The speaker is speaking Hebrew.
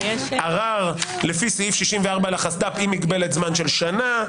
ערר לפי סעיף 64 לחסד"פ עם מגבלת זמן של שנה,